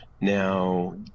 Now